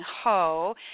Ho